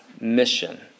mission